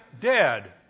dead